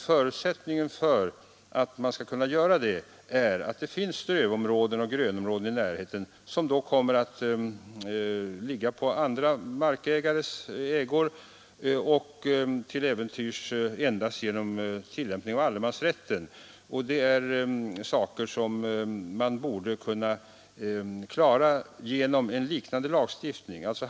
Förutsättningen för det är emellertid att det finns strövområden och grönområden i närheten, som då kommer att ligga på andra markägares ägor. Till äventyrs kommer de områdena att vara upplåtna endast genom tillämpningen av allemansrätten. De problemen borde kunna klaras med en lagstiftning liknande den vi föreslår för täktsamfälligheter.